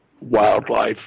wildlife